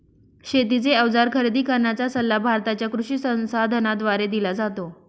शेतीचे अवजार खरेदी करण्याचा सल्ला भारताच्या कृषी संसाधनाद्वारे दिला जातो